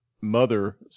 mother